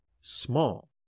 small